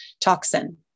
toxin